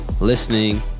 listening